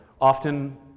often